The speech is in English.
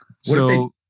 So-